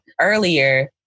earlier